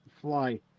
fly